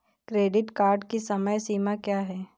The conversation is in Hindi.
क्रेडिट कार्ड की समय सीमा क्या है?